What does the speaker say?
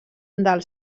del